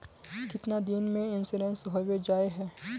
कीतना दिन में इंश्योरेंस होबे जाए है?